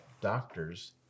doctors